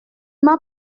m’a